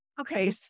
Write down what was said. Okay